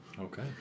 Okay